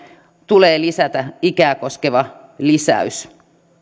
tulee lisätä ikää koskeva lisäys